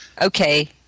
Okay